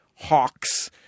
hawks